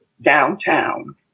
downtown